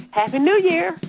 happy new year.